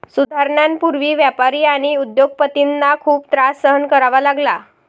सुधारणांपूर्वी व्यापारी आणि उद्योग पतींना खूप त्रास सहन करावा लागला